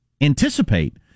anticipate